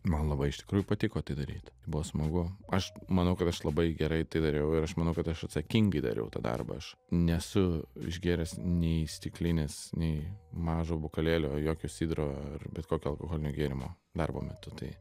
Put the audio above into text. man labai iš tikrųjų patiko tai daryt buvo smagu aš manau kad aš labai gerai tai dariau ir aš manau kad aš atsakingai dariau tą darbą aš nesu išgėręs nei stiklinės nei mažo bokalėlio jokio sidro ar bet kokio alkoholinio gėrimo darbo metu tai